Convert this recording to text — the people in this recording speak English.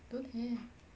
don't have